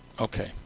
okay